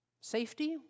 Safety